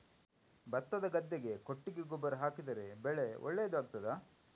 ಭತ್ತದ ಗದ್ದೆಗೆ ಕೊಟ್ಟಿಗೆ ಗೊಬ್ಬರ ಹಾಕಿದರೆ ಬೆಳೆ ಒಳ್ಳೆಯದು ಆಗುತ್ತದಾ?